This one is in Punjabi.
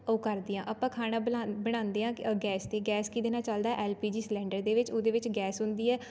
ਉਹ ਕਰਦੀ ਹਾਂ ਆਪਾਂ ਖਾਣਾ ਬਣਾਲ ਬਣਾਉਂਦੇ ਹਾਂ ਗੈਸ 'ਤੇ ਗੈਸ ਕਿਹਦੇ ਨਾਲ ਚੱਲਦਾ ਐੱਲ ਪੀ ਜੀ ਸਿਲੰਡਰ ਦੇ ਵਿੱਚ ਉਹਦੇ ਵਿੱਚ ਗੈਸ ਹੁੰਦੀ ਹੈ